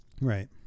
right